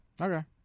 Okay